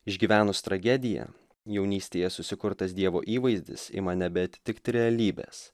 išgyvenus tragediją jaunystėje susikurtas dievo įvaizdis ima nebeatitikti realybės